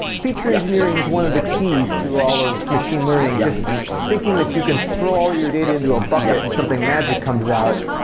future engineering is one of the keys to all of machine learning. just thinking that you can throw all your data into a bucket and something magic comes out.